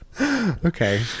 Okay